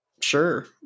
sure